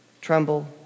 tremble